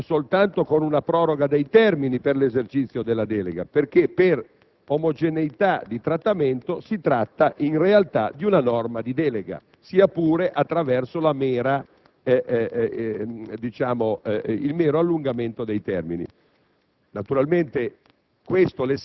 nella legge finanziaria anche soltanto con una proroga dei termini per l'esercizio della delega: infatti, per omogeneità di trattamento, si tratterebbe di una norma di delega, sia pure attraverso il mero allungamento dei termini.